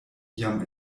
jam